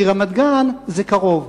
כי רמת-גן זה קרוב.